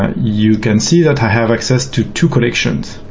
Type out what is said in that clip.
ah you can see that i have access to two collections.